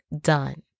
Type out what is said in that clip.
done